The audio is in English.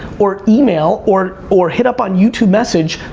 or email, or or hit up on youtube message,